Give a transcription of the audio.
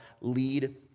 lead